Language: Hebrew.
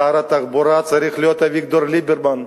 שר התחבורה צריך להיות אביגדור ליברמן.